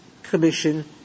Commission